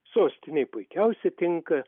sostinei puikiausia tinka